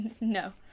no